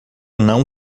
não